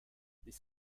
this